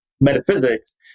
Metaphysics